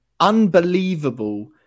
Unbelievable